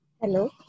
Hello